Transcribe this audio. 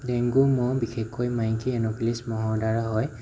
dengue মহ বিশেষকৈ মাইকী এনোফেলিছ মহৰ দ্বাৰা হয়